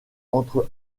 entre